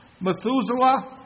Methuselah